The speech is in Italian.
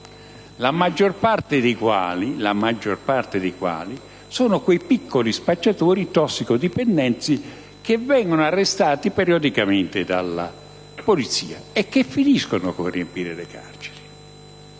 la maggior parte dei quali sono piccoli spacciatori tossicodipendenti che vengono arrestati periodicamente dalla polizia e che finiscono con il riempire le carceri.